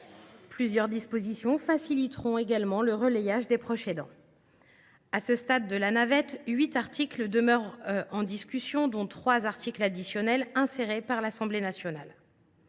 Plusieurs dispositions faciliteront également le relayage des proches aidants. À ce stade de la navette, huit articles demeurent en discussion, dont trois articles additionnels insérés par l’Assemblée nationale.